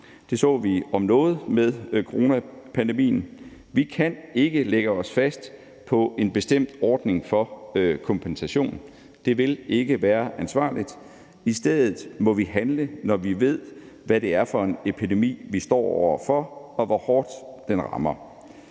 Det så vi om noget med coronapandemien. Vi kan ikke lægge os fast på en bestemt ordning for kompensation; det vil ikke være ansvarligt. I stedet må vi handle, når vi ved, hvad det er for en epidemi, vi står over for, og hvor hårdt den rammer.